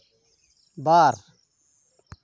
ᱵᱟᱨ